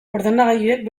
ordenagailuek